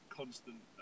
constant